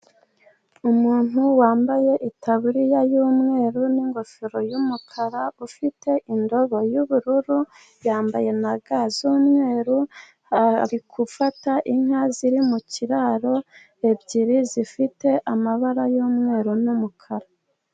Umuntu wambaye itaburiya y'umweru n'ingofero y'umukara, ufite indobo y'ubururu, yambaye na ga z'umweru, ari gufata inka ziri mu kiraro ebyiri zifite amabara y'umweru n'umukara.